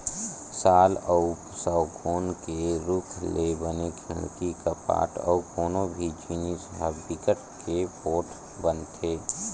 साल अउ सउगौन के रूख ले बने खिड़की, कपाट अउ कोनो भी जिनिस ह बिकट के पोठ बनथे